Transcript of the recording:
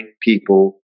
people